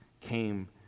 came